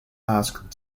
asked